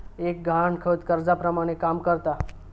एक गहाणखत कर्जाप्रमाणे काम करता